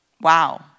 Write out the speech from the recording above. Wow